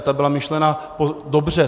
Ta byla myšlena dobře.